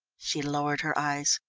she lowered her eyes.